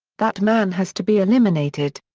that man has to be eliminated.